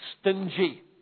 stingy